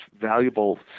valuable